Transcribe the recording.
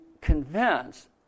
convinced